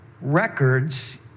records